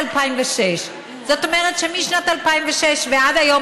2006. זאת אומרת שמשנת 2006 ועד היום,